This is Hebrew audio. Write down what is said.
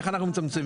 איך אנחנו מצמצים?